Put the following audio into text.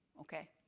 okay?